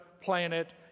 planet